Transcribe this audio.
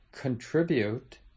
contribute